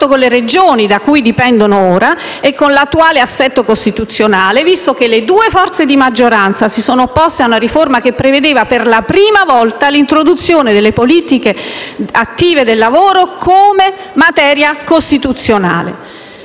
con le Regioni, da cui dipendono ora, e con l'attuale assetto costituzionale, visto che le due forze di maggioranza si sono opposte a una riforma che prevedeva per la prima volta l'introduzione delle politiche attive del lavoro come materia costituzionale.